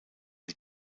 die